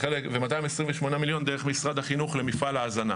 ו-228 מיליון דרך משרד החינוך למפעל ההזנה.